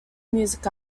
music